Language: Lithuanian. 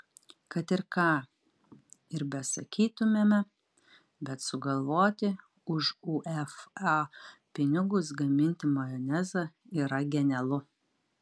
kad ir ką ir besakytumėme bet sugalvoti už uefa pinigus gaminti majonezą yra genialu